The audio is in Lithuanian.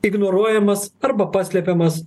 ignoruojamas arba paslepiamas